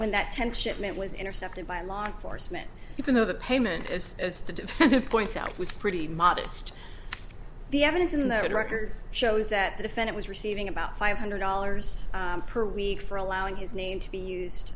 when that ten shipment was intercepted by law enforcement even though the payment as as to point out was pretty modest the evidence in that record shows that defend it was receiving about five hundred dollars per week for allowing his name to be used